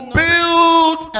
build